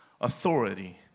authority